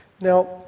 Now